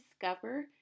discover